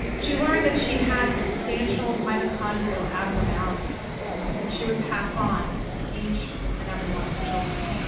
she learned that she had substantial mitochondrial abnormalities that she would pass on to each and every one of her children.